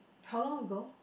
how long ago